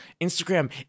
Instagram